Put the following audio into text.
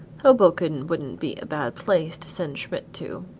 hoboken would'nt be a bad place to send schmidt to.